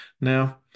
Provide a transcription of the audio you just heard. Now